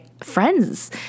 friends